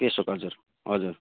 त्यसो हजुर हजुर